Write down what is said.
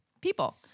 people